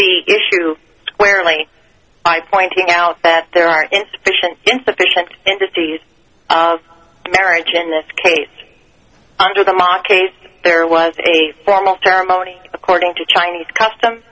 the issue squarely i pointing out that there are insufficient insufficient indices marriage in this case under the law case there was a formal ceremony according to chinese custom